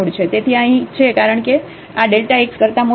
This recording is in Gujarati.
તેથી આ અહીં છે કારણ કે આ x કરતા મોટો છે